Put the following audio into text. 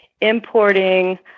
importing